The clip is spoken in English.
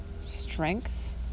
strength